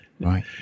Right